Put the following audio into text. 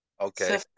okay